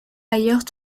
ailleurs